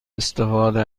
استفاده